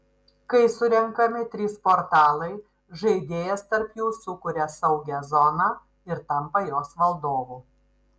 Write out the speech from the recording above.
kai surenkami trys portalai žaidėjas tarp jų sukuria saugią zoną ir tampa jos valdovu